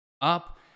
up